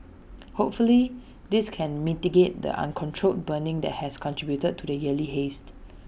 hopefully this can mitigate the uncontrolled burning that has contributed to the yearly haze